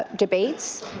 ah debates,